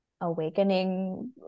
awakening